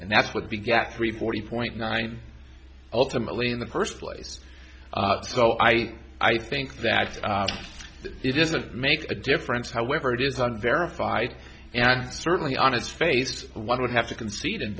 and that's what we got three forty point nine ultimately in the first place so i i think that it is a make a difference however it is not verified and certainly on its face one would have to concede in